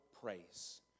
praise